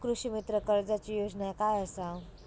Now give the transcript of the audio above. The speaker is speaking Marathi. कृषीमित्र कर्जाची योजना काय असा?